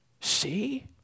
See